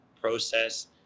process